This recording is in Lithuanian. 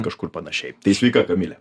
kažkur panašiai sveika kamile